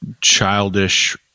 childish